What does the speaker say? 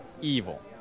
evil